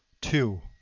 two.